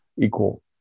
equal